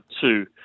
two